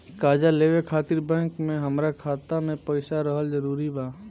कर्जा लेवे खातिर बैंक मे हमरा खाता मे पईसा रहल जरूरी बा?